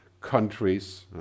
countries